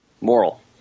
moral